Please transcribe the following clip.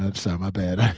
ah so my bad.